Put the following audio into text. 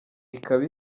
ikaba